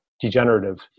degenerative